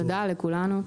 תודה, לכולנו.